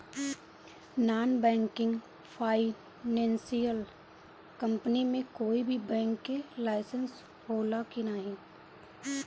Non banking financial company मे कोई भी बैंक के लाइसेन्स हो ला कि ना?